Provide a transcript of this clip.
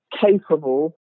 capable